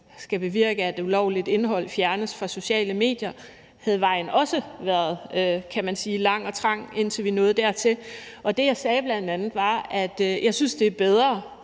skal bevirke, at ulovligt indhold fjernes fra sociale medier, havde vejen også været lang og trang, kan man sige, indtil vi nåede dertil, og det, jeg sagde, var bl.a., at jeg synes, at det er bedre